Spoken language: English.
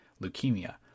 leukemia